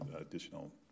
additional